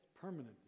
permanent